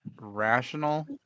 rational